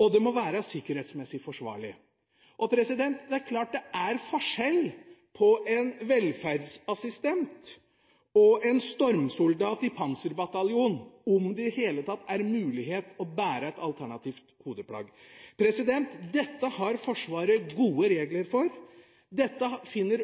og det må være sikkerhetsmessig forsvarlig. Det er klart det er forskjell på en velferdsassistent og en stormsoldat i panserbataljonen, om det i det hele tatt er mulig å bære et alternativt hodeplagg. Dette har Forsvaret gode regler for. Dette finner